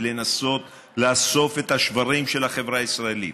ולנסות לאסוף את השברים של החברה הישראלית,